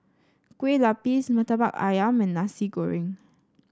Kueh Lapis murtabak ayam and Nasi Goreng